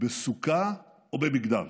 בסוכה או במגדל.